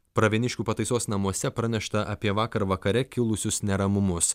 pravieniškių pataisos namuose pranešta apie vakar vakare kilusius neramumus